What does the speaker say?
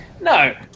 No